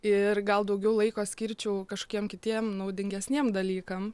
ir gal daugiau laiko skirčiau kažkokiem kitiem naudingesniem dalykam